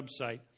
website